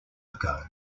ago